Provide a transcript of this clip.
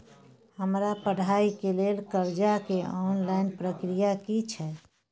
हमरा पढ़ाई के लेल कर्जा के ऑनलाइन प्रक्रिया की छै?